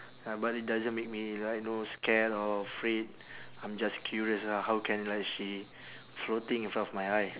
ya but it doesn't make me like you know scared or afraid I'm just curious ah how can like she floating in front of my eye